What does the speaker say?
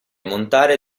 montare